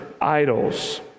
idols